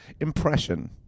impression